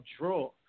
draw